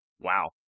Wow